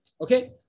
Okay